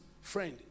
friend